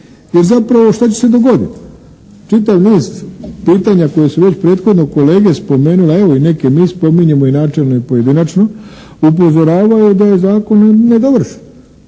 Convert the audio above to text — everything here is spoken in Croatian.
I zapravo šta će se dogoditi? Čitav niz pitanja koje su već prethodno kolege spomenuli, a evo i neke mi spominjemo i načelne i pojedinačno, upozoravaju da je zakon nedovršen,